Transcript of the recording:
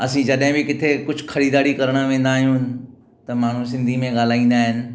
असीं जॾहिं ॿि किथे कुझु ख़रीदारी करणु वेदां आहियूं त माण्हू सिन्धी में ॻाल्हाईंदा आहिनि